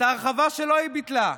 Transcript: את ההרחבה שלו היא ביטלה.